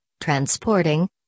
transporting